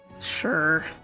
Sure